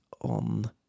on